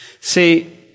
See